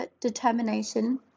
determination